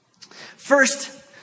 First